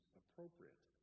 appropriate